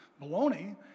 baloney